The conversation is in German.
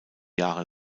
jahre